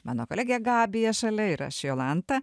mano kolegė gabija šalia ir aš jolanta